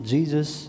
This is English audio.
Jesus